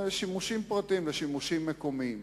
שימושים פרטיים ושימושים מקומיים.